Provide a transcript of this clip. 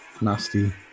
nasty